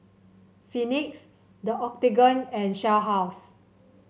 Phoenix The Octagon and Shell House